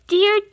Dear